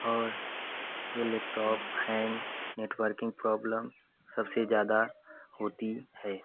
और ये laptop hang networking problem सबसे ज़्यादा होती है